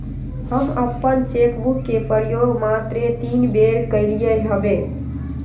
हम अप्पन cheque book के प्रयोग मातरे तीने बेर कलियइ हबे